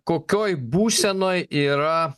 kokioj būsenoj yra